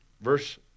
verse